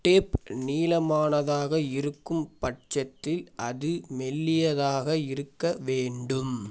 tape நீளமானதாக இருக்கும் பட்சத்தில் அது மெல்லியதாக இருக்க வேண்டும்